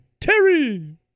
Terry